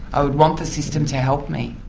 i would want the system to help me.